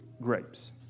grapes